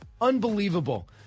Unbelievable